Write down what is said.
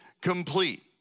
complete